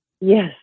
Yes